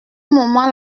moment